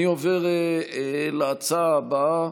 אני עובר להצעה הבאה,